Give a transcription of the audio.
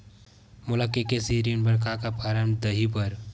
मोला के.सी.सी ऋण बर का का फारम दही बर?